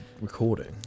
recording